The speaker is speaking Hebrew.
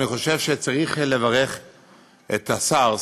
אני חושב שצריך לברך את השר,